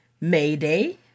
Mayday